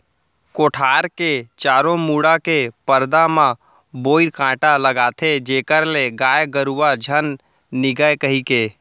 कोठार के चारों मुड़ा के परदा म बोइर कांटा लगाथें जेखर ले गाय गरुवा झन निगय कहिके